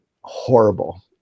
horrible